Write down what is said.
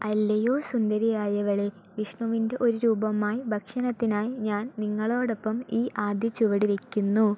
അല്ലയോ സുന്ദരിയായവളേ വിഷ്ണുവിൻ്റെ ഒരു രൂപമായി ഭക്ഷണത്തിനായി ഞാൻ നിങ്ങളോടൊപ്പം ഈ ആദ്യ ചുവട് വെക്കുന്നു